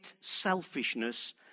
selfishness